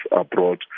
abroad